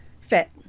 Fit